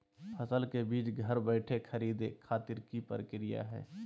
फसल के बीज घर बैठे खरीदे खातिर की प्रक्रिया हय?